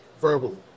verbally